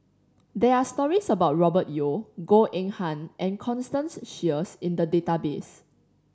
there are stories about Robert Yeo Goh Eng Han and Constance Sheares in the database